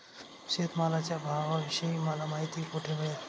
शेतमालाच्या भावाविषयी मला माहिती कोठे मिळेल?